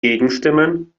gegenstimmen